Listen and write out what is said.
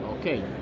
Okay